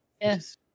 Yes